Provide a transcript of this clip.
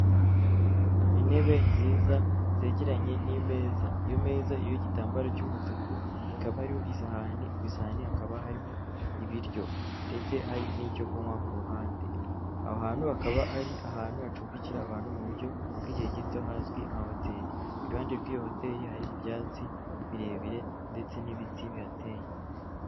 Intebe nziza zegeranye n'imeza, iyo meza iriho igitambaro cy'umutuku, ikaba iriho isahani, ku isahani hakaba hariho ibiryo ndetse hari n'icyo kunywa ku ruhande, aho hantu hakaba ari ahantu hacumbikira abantu mu buryo bw'igihe gito hazwi nka hoteli, iruhande rw'iyo hoteli hari ibyatsi birebire ndetse n'ibiti bihateye.